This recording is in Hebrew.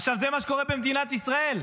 עכשיו, זה מה שקורה במדינת ישראל.